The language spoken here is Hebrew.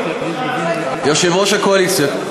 הקואליציה, יושב-ראש הקואליציה.